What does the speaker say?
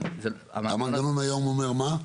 המנגנון היום אומר מה?